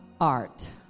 Art